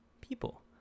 people